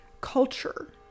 culture